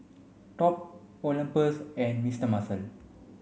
Top Olympus and Mister Muscle